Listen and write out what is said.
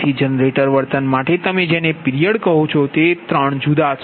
તેથી જનરેટર વર્તન માટે તમે જેને પિરિયડ કહે છે તે ત્રણ જુદાં છે